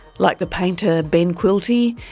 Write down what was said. like the painter ben quilty,